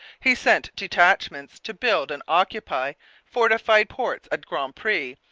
he sent detachments to build and occupy fortified posts at grand pre,